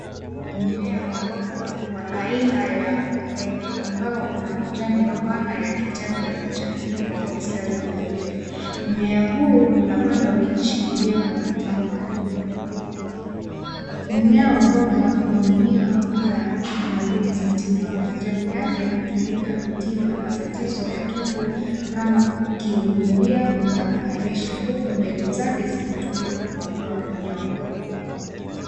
Mmea wa mboga wa aina ya malenge ambao una majani mapana ya kijani yenye mchanganyiko wa mistari mieupe. Mmea huu unapandwa ukishikilia kwa vitamba. Mmea wa mboga huaminiwa kuwa na nguvu za tiba. Majani yake hutumika kutibu matatizo ya tumbo kama kiungulia na kuharisha, huku mbegu zake zikitumika kuonda minyoo.